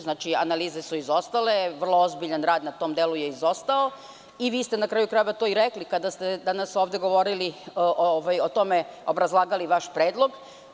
Znači, analize su izostale, vrlo ozbiljan rad na tom delu je izostao, i vi ste, na kraju krajeva, to i rekli kada ste danas ovde govorili o tome, obrazlagali vaš predlog.